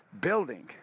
building